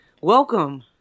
welcome